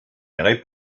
irait